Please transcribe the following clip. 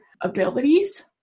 abilities